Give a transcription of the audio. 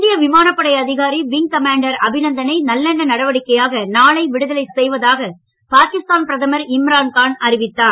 இந்திய விமானப்படை அதிகாரி விங் கமாண்டர் அபிநந்தனை நல்லெண்ண நடவடிக்கையாக நாளை விடுதலை செய்வதாக பாகிஸ்தான் பிரதமர் இம்ரான்கான் அறிவித்தார்